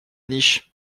niche